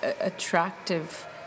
attractive